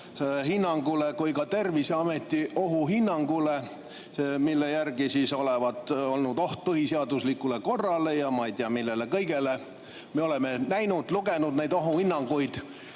ohuhinnangule kui ka Terviseameti ohuhinnangule, mille järgi olevat olnud oht põhiseaduslikule korrale ja ei tea millele kõigele. Me oleme näinud ja lugenud neid ohuhinnanguid.